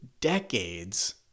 decades